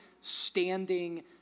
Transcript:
standing